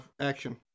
Action